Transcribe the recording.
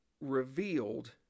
revealed